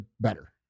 better